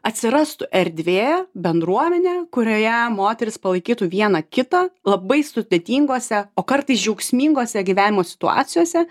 atsirastų erdvė bendruomenė kurioje moterys palaikytų viena kitą labai sudėtingose o kartais džiaugsmingose gyvenimo situacijose